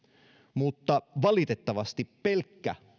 mutta valitettavasti pelkkä